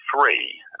three